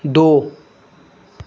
द'